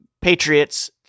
Patriots